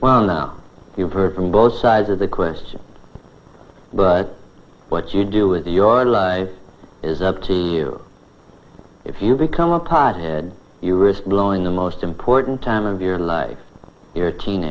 well now you've heard from both sides of the question but what you do with your lie is up to you if you become a pothead you risk blowing the most important time of your life your teen